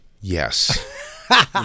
Yes